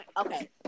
Okay